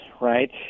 right